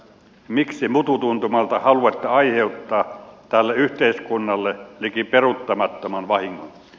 miksi mututuntumalta haluatte aiheuttaa tälle yhteiskunnalle liki peruuttamattoman vahingon